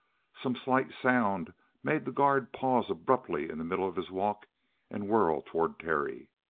some slight sound made the guard pause abruptly in the middle of his walk and whirl toward terry.